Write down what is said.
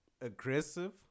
aggressive